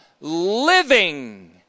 living